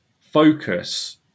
focus